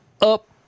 up